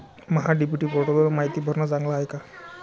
महा DBT पोर्टलवर मायती भरनं चांगलं हाये का?